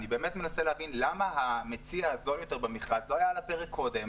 אני באמת מנסה להבין למה המציע הזול יותר במכרז לא היה על הפרק קודם?